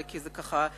כי זה ככה,